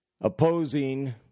opposing